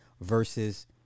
versus